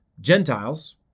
Gentiles